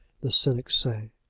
the cynics say.